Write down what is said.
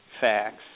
facts